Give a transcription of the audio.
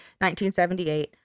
1978